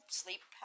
sleep